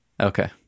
Okay